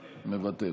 מוותר,